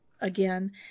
again